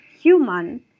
human